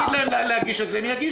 אם השר יגיד להם להגיש את זה הם יגישו.